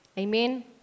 Amen